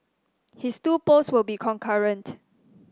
his two posts will be concurrent